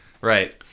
Right